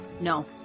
No